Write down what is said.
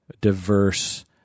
diverse